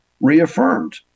reaffirmed